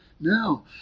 Now